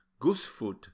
goosefoot